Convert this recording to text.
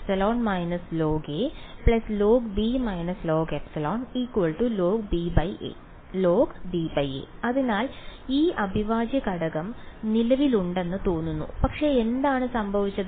logε − log log − logε logba logba അതിനാൽ ഈ അവിഭാജ്യഘടകം നിലവിലുണ്ടെന്ന് തോന്നുന്നു പക്ഷേ എന്താണ് സംഭവിച്ചത്